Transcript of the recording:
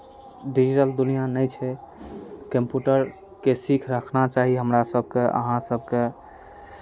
digital दुनिआँ नै छै कम्प्यूटरके सीख रखना चाही हमरा सभकेँ आहाँ सभकेँ